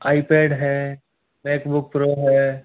eye pad है MacBook Pro है